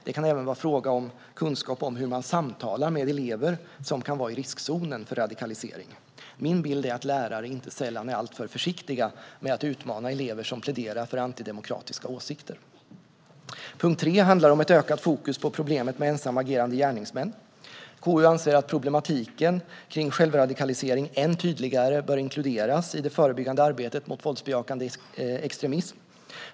Det kan även vara fråga om kunskap om hur man samtalar med elever som kan vara i riskzonen för radikalisering. Min bild är att lärare inte sällan är alltför försiktiga med att utmana elever som pläderar för antidemokratiska åsikter. Punkt tre handlar om ett ökat fokus på problemet med ensamagerande gärningsmän. KU anser att problematiken kring självradikalisering än tydligare bör inkluderas i det förebyggande arbetet mot våldsbejakande extremism.